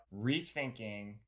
rethinking